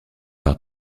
par